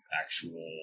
actual